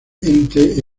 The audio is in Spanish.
ente